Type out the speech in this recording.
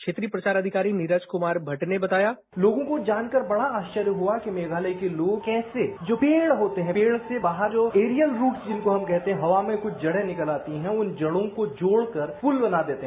क्षेत्रीय प्रसार अधिकारी नीरज कुमार भट्ट ने बताया नीरज कुमार भट लोगों का जानकर बढ़ा आस्वर्य हुआ कि मेघालय के लोग कैसे जो पेड़ होते हैं पेड़ से बाहर एरियन रूट्स जिनको हम कहते हैं हवा में जो जड़ें निकल आती हैं उन जड़ों को जोड़कर पुल बना देते हैं